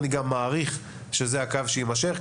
אני גם מעריך שזה הקו שיימשך,